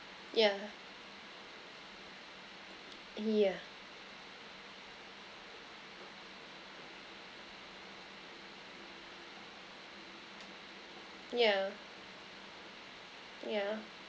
yeah yeah yeah yeah